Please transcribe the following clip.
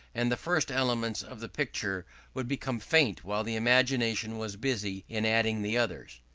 and the first elements of the picture would become faint while the imagination was busy in adding the others.